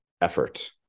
effort